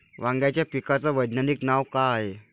वांग्याच्या पिकाचं वैज्ञानिक नाव का हाये?